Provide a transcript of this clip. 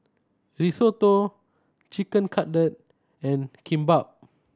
Risotto Chicken Cutlet and Kimbap